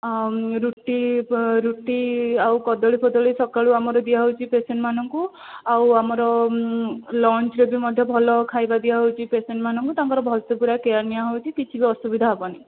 ରୁଟି ରୁଟି ଆଉ କଦଳୀ ଫଦଲି ସକାଳୁ ଆମର ଦିଆହେଉଛି ପେସେଣ୍ଟ ମାନଙ୍କୁ ଆଉ ଆମର ଲଞ୍ଚରେ ବି ମଧ୍ୟ ଭଲ ଖାଇବା ଦିଆଁ ହେଉଛି ପେସେଣ୍ଟ ମାନଙ୍କୁ ତାଙ୍କର ଭଲସେ ପୁରା କେୟାର ନିଅହେଉଛି କିଛି ବି ଅସୁବିଧା ହେବନି